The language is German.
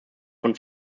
von